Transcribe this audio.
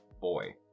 boy